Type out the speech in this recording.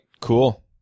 cool